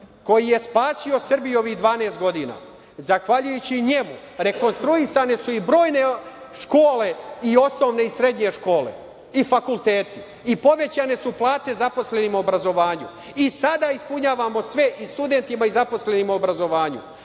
koji je spasio Srbiju ovih dvanaest godina, zahvaljujući njemu rekonstruisane su i brojne škole, i osnovne i srednje škole, i fakulteti i povećane su plate zaposlenima u obrazovanju i sada ispunjavamo sve i studentima i zaposlenima u obrazovanju.